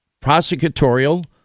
prosecutorial